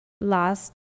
last